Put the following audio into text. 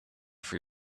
for